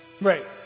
Right